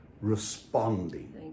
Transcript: responding